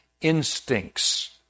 instincts